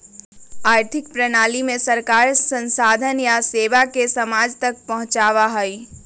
आर्थिक प्रणाली में सरकार संसाधन या सेवा के समाज तक पहुंचावा हई